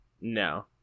no